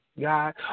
God